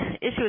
issue